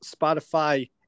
spotify